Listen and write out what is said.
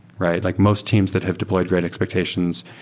right? like most teams that have deployed great expectations